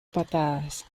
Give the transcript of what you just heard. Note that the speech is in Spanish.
patadas